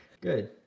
Good